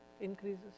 increases